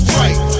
right